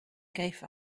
gave